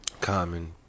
common